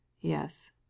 Yes